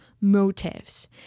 Motives